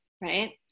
right